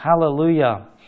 Hallelujah